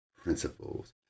principles